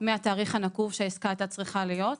מהתאריך הנקוב שהעסקה היתה צריכה להיות.